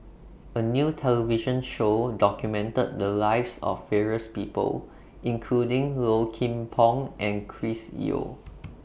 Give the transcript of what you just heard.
A New television Show documented The Lives of various People including Low Kim Pong and Chris Yeo